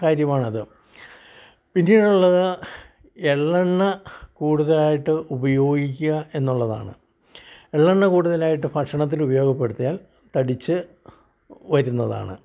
കാര്യമാണത് പിന്നീടുള്ളത് എള്ളെണ്ണ കൂടുതലായിട്ട് ഉപയോഗിക്കുക എന്നുള്ളതാണ് എള്ളെണ്ണ കൂടുതലായിട്ട് ഭക്ഷണത്തിലുപയോഗപ്പെടുത്തിയാൽ തടിച്ച് വരുന്നതാണ്